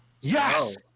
yes